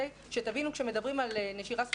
כשמדברים על נשירה סמויה,